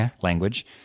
language